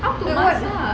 apa lah sia